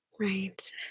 Right